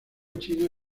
china